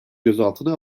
gözaltına